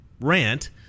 rant